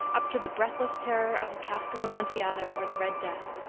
up to the breathless terror of the cask of amontillado, or the red death.